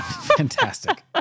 Fantastic